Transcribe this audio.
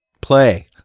play